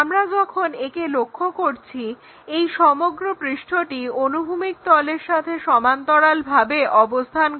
আমরা যখন একে লক্ষ্য করছি এই সমগ্র পৃষ্ঠটি অনুভূমিক তলের সাথে সমান্তরালভাবে অবস্থান করে